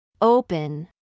Open